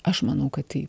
aš manau kad tai